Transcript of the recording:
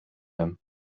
hem